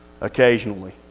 occasionally